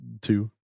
Two